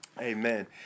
Amen